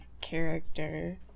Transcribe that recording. character